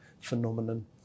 phenomenon